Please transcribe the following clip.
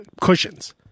cushions